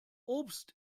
obst